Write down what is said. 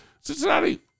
Cincinnati